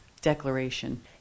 declaration